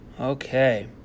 okay